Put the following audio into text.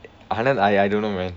anand I don't know man